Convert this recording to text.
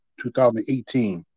2018